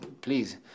please